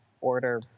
order